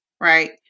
right